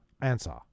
Answer